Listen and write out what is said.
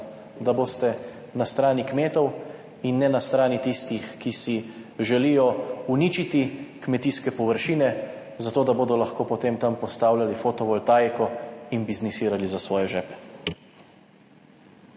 da boste na strani kmetov in ne na strani tistih, ki si želijo uničiti kmetijske površine zato, da bodo lahko potem tam postavljali fotovoltaiko in bi znisirali za svoje žepe.